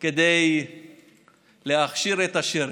כדי להכשיר את השרץ.